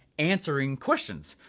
answering questions,